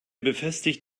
befestigt